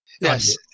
Yes